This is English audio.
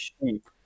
sheep